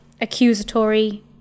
accusatory